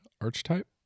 Archetype